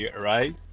right